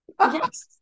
yes